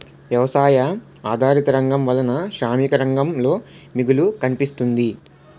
వ్యవసాయ ఆధారిత రంగం వలన శ్రామిక రంగంలో మిగులు కనిపిస్తుంది